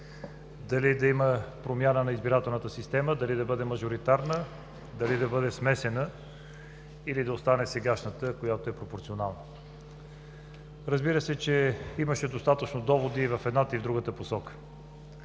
дали да има промяна на избирателната система, дали да бъде мажоритарна, дали да бъде смесена, или да остане сегашната, която е пропорционална. Разбира се, че имаше достатъчно доводи в едната и в другата посока,